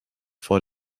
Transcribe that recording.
vor